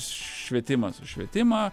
švietimas už švietimą